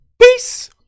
peace